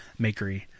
makery